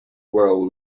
well